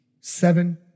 seven